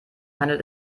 handelt